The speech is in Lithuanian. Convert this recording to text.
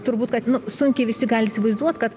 turbūt kad nu sunkiai visi gali įsivaizduot kad